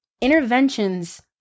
interventions